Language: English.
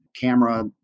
camera